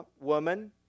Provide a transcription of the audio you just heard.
Woman